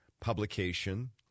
publication